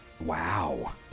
Wow